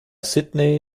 sydney